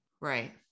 Right